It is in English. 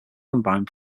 combined